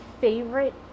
favorite